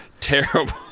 terrible